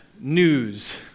news